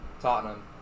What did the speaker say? Tottenham